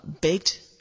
baked